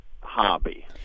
hobby